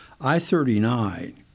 I-39